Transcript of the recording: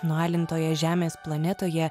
nualintoje žemės planetoje